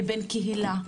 לבין קהילה,